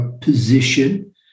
position